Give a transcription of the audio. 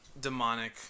demonic